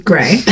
grey